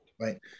right